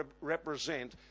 represent